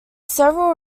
several